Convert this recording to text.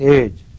age